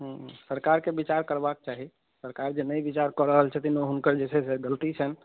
सरकारके विचार करबाके चाही सरकार जे नहि विचार कऽ रहल छथिन ओ हुनकर जे छै से गलती छनि